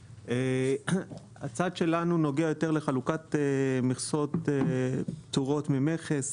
הצד שלנו נוגע יותר לחלוקת מכסות פטורות ממכס,